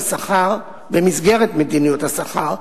במסגרת מדיניות השכר,